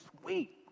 sweet